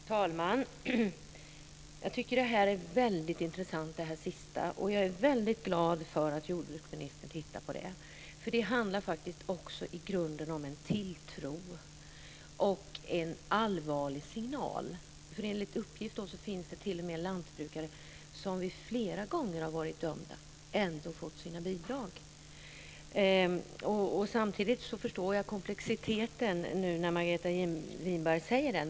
Fru talman! Jag tycker att det sistnämnda är mycket intressant. Jag är väldigt glad för att jordbruksministern tittar närmare på detta. Det handlar faktiskt i grunden också om en tilltro och en allvarlig signal. Enligt uppgift finns det lantbrukare som trots att de varit dömda flera gånger har fått sina bidrag. Samtidigt förstår jag komplexiteten när Margareta Winberg talar om den.